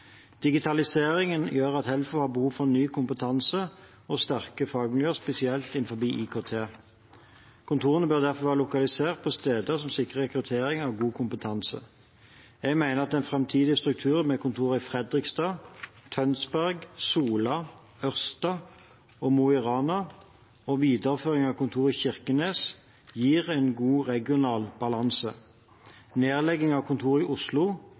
Digitaliseringen gjør at Helfo har behov for ny kompetanse og sterke fagmiljøer, spesielt innen IKT. Kontorene bør derfor være lokalisert til steder som sikrer rekruttering av god kompetanse. Jeg mener at en framtidig struktur med kontorer i Fredrikstad, Tønsberg, Sola, Ørsta og Mo i Rana og en videreføring av kontoret i Kirkenes gir en god regional balanse. Nedlegging av kontoret i Oslo